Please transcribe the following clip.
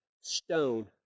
stone